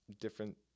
different